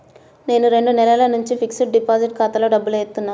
నేను రెండు నెలల నుంచి ఫిక్స్డ్ డిపాజిట్ ఖాతాలో డబ్బులు ఏత్తన్నాను